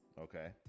Okay